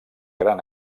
gran